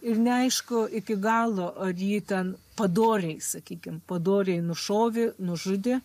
ir neaišku iki galo ar jį ten padoriai sakykim padoriai nušovė nužudė